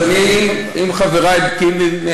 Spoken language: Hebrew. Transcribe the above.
אם חברי בקיאים,